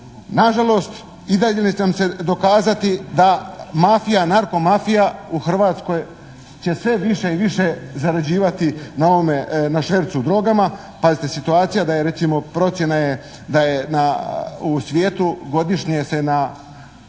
na žalost i dalje će nam se dokazati da mafija, narkomafija u Hrvatskoj će sve više i više zarađivati na ovome, na švercu drogama. Pazite, situacija da je recimo, procjena je da